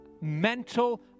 mental